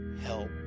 help